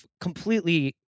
completely